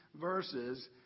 verses